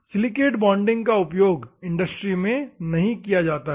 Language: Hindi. सिलिकेट बॉन्डिंग का उपयोग इंडस्ट्री में नहीं किया जाता है